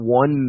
one